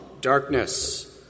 darkness